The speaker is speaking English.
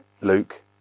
Luke